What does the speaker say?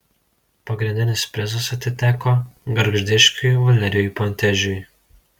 pagrindinis prizas atiteko gargždiškiui valerijui pontežiui